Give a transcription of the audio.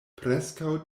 preskaŭ